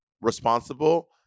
responsible